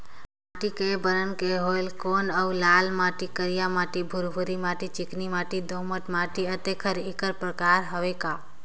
माटी कये बरन के होयल कौन अउ लाल माटी, करिया माटी, भुरभुरी माटी, चिकनी माटी, दोमट माटी, अतेक हर एकर प्रकार हवे का?